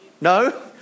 No